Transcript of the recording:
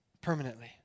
permanently